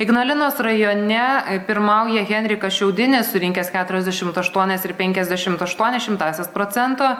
ignalinos rajone pirmauja henrikas šiaudinis surinkęs keturiasdešimt aštuonis ir penkiasdešimt aštuonias šimtąsias procento